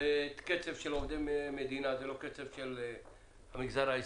וקצב של עובדי מדינה זה לא קצב של המגזר העסקי,